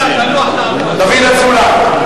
דוד אזולאי.